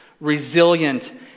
resilient